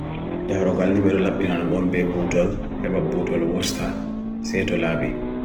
Dha roqal nime lak mene hanumon be butel, heba butel wasta, se to labi.